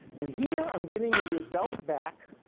and here, i'm getting a result back